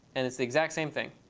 and it's the exact same thing.